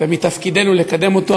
ותפקידנו לקדם אותו.